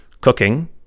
cooking